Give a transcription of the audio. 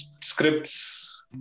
scripts